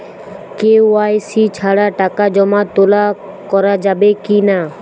KYC ছাড়া টাকা জমা তোলা করা যাবে কি না?